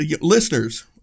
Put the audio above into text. listeners